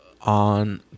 on